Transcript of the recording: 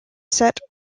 set